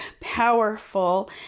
powerful